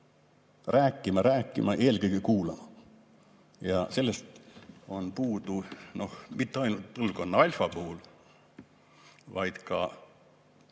Rääkima, rääkima, eelkõige kuulama. Ja sellest on puudu mitte ainult põlvkonna Alfa puhul, vaid ka